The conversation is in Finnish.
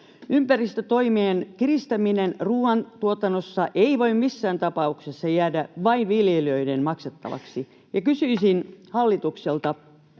Ympäristötoimien kiristäminen ruoantuotannossa ei voi missään tapauksessa jäädä vain viljelijöiden maksettavaksi, [Puhemies